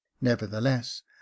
Nevertheless